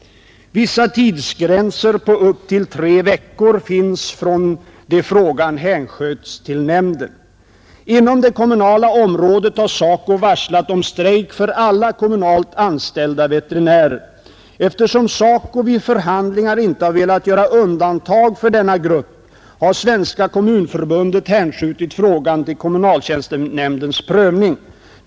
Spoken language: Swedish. Vissa tidsgränser på upp till tre veckor finns från det frågan hänsköts till nämnden. Inom det kommunala området har SACO varslat om strejk för alla kommunalt anställda veterinärer. Eftersom SACO vid förhandlingar inte har velat göra undantag för denna grupp har Svenska kommunförbundet hänskjutit frågan till kommunaltjänstenämndens prövning.